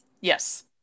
Yes